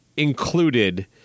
Included